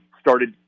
started